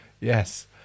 yes